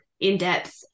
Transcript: in-depth